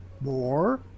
more